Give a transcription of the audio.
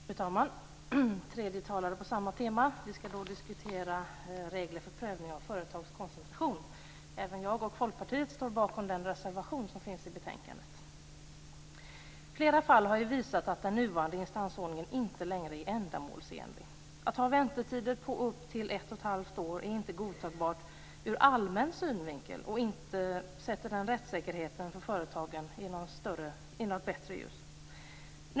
Fru talman! Jag är den tredje talaren på samma tema. Vi ska diskutera regler för prövning av företagskoncentration. Även jag och Folkpartiet står bakom den reservation som finns i betänkandet. Flera fall har visat att den nuvarande instansordningen inte längre är ändamålsenlig. Att ha väntetider på upp till 1 1⁄2 år är inte godtagbart ur allmän synvinkel, och inte sätter det rättssäkerheten för företagen i något bättre ljus.